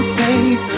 safe